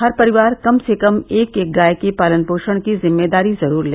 हर परिवार कम से कम एक एक गाय के पालन पोषण की जिम्मेदारी जरूर ले